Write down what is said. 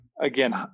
Again